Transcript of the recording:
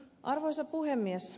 arvoisa puhemies